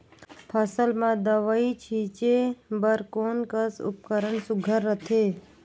फसल म दव ई छीचे बर कोन कस उपकरण सुघ्घर रथे?